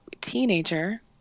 teenager